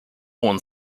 born